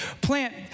plant